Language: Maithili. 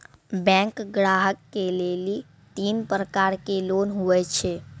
बैंक ग्राहक के लेली तीन प्रकर के लोन हुए छै?